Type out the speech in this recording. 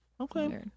Okay